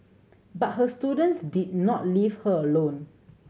but her students did not leave her alone